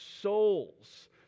souls